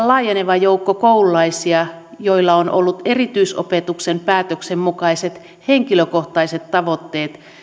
laajeneva joukko koululaisia joilla on ollut erityisopetuksen päätöksen mukaiset henkilökohtaiset tavoitteet